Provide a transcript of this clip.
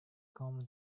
common